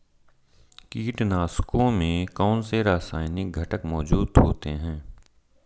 कीटनाशकों में कौनसे रासायनिक घटक मौजूद होते हैं?